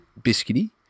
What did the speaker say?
biscuity